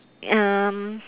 um